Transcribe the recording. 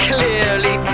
Clearly